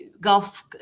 Gulf